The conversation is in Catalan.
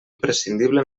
imprescindible